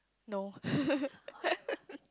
no